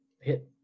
hit